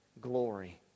glory